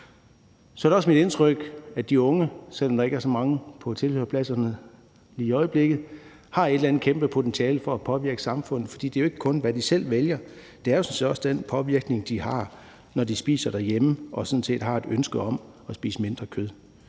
Så er det også mit indtryk, at de unge – nu er der ikke så mange på tilhørerpladserne lige i øjeblikket – har et eller andet kæmpe potentiale for at påvirke samfundet, for det er jo ikke kun det, de selv vælger at spise; det er sådan set også den påvirkning, der sker, når de spiser derhjemme og har et ønske om at spise mindre kød.